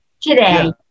Today